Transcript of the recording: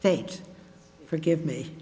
state forgive me